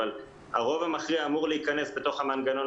אבל הרוב המכריע אמור להיכנס בתוך המנגנון